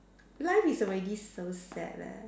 life is already so sad leh